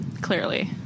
clearly